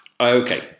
Okay